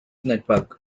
network